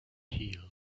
healed